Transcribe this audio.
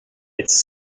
its